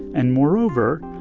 and moreover,